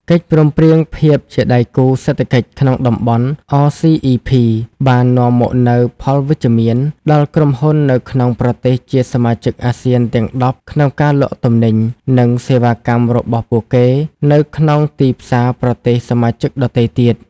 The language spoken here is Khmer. កិច្ចព្រមព្រៀងភាពជាដៃគូសេដ្ឋកិច្ចក្នុងតំបន់ អ សុី អុី ភី (RCEP) បាននាំមកនូវផលវិជ្ជមាន ដល់ក្រុមហ៊ុននៅក្នុងប្រទេសជាសមាជិកអាស៊ានទាំង ១០ក្នុងការលក់ទំនិញ និងសេវាកម្មរបស់ពួកគេនៅក្នុងទីផ្សារប្រទេសសមាជិកដទៃទៀត។